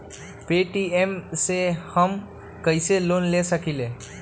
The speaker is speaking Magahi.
पे.टी.एम से हम कईसे लोन ले सकीले?